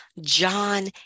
John